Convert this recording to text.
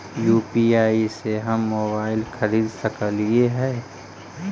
UPI से हम mobile खरिद सकलिऐ है